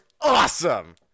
Awesome